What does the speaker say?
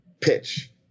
pitch